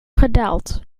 gedaald